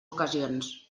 ocasions